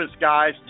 guys